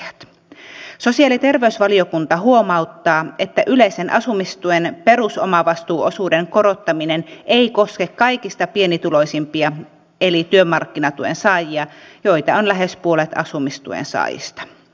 sosiaali ja terveysvaliokunta huomauttaa että yleisen asumistuen perusomavastuuosuuden korottaminen ei koske kaikista pienituloisimpia eli työmarkkinatuen saajia joita on lähes puolet asumistuen saajista